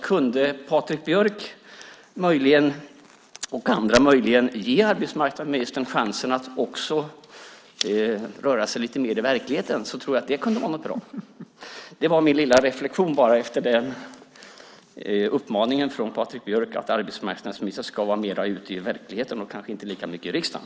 Kunde Patrik Björck och andra möjligen ge arbetsmarknadsministern chansen att också röra sig lite mer i verkligheten så tror jag att det kunde vara något bra. Det var min lilla reflexion efter uppmaningen från Patrik Björck att arbetsmarknadsministern ska vara mer ute i verkligheten och kanske inte lika mycket i riksdagen.